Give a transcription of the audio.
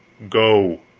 go!